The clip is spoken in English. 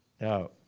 Now